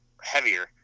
heavier